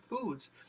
foods